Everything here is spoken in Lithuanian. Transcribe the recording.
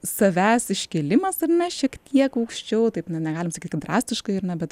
savęs iškėlimas ar ne šiek tiek aukščiau taip ne negalim sakyt kad drastiškai ar na bet